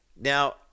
Now